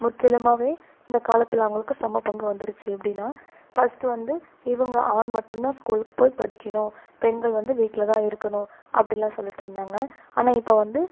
முற்றிலுமாகவே இந்த காலத்தில் அவங்களுக்கு சம பங்கு வந்துருச்சு எப்படின்னா ஃபஸ்ட்டு வந்து இவங்க ஆண் மட்டுந்தான் ஸ்கூலுக்கு போய் படிக்கணும் பெண்கள் வந்து வீட்டிலதான் இருக்கணும் அப்படில்லாம் சொல்லிகிட்ருந்தாங்க ஆனால் இப்போ வந்து